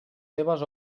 seves